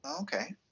Okay